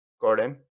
Gordon